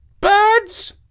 birds